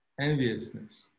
enviousness